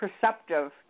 perceptive